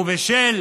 ובשל